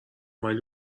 ولی